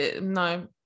no